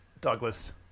Douglas